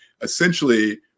essentially